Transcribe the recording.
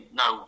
no